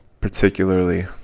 particularly